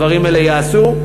הדברים האלו ייעשו.